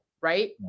right